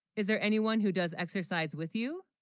is there anyone, who does exercise with you